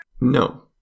no